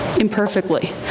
imperfectly